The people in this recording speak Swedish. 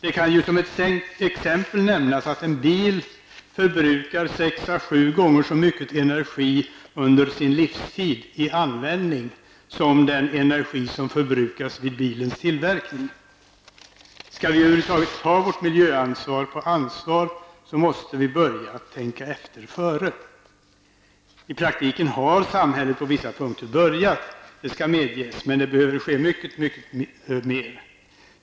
Det kan ju som exempel nämnas att en bil förbrukar sex à sju gånger så mycket energi i användning under sin livstid som den energi som förbrukas vid bilens tillverkning. Skall vi över huvud taget ta vårt miljöansvar på allvar, måste vi börja tänka efter före. I praktiken har samhället på vissa punkter börjat -- det skall medges -- men det behöver ske mycket mer.